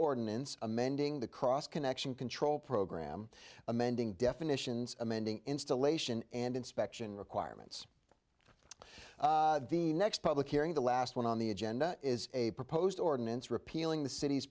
ordinance amending the cross connection control program amending definitions amending installation and inspection requirements the next public hearing the last one on the agenda is a proposed ordinance repealing the cit